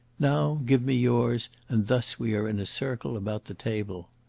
now give me yours, and thus we are in a circle about the table.